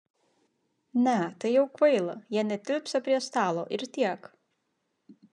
ne tai jau kvaila jie netilpsią prie stalo ir tiek